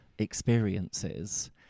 experiences